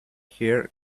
here